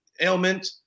ailment